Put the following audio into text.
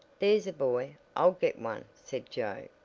there's a boy. i'll get one, said joe,